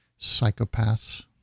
psychopaths